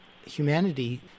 Humanity